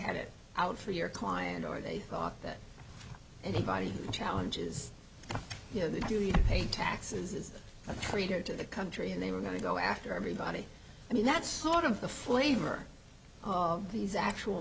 had it out for your client or they thought that anybody who challenges you know the duty to pay taxes is a traitor to the country and they were going to go after everybody i mean that's sort of the flavor of these actual